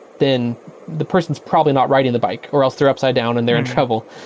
then the person's probably not riding the bike, or else they're upside down and they're in trouble,